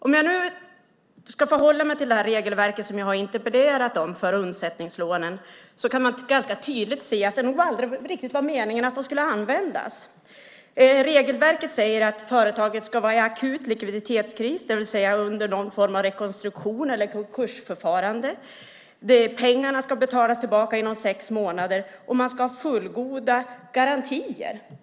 Om jag nu ska förhålla mig till det regelverk för undsättningslånen som jag har interpellerat om kan man ganska tydligt se att det nog aldrig riktigt var meningen att lånen skulle användas. Regelverket säger att företagen ska vara i akut likviditetskris, det vill säga under någon form av rekonstruktion eller konkursförfarande. Pengarna ska betalas tillbaka inom sex månader, och man ska ha fullgoda garantier.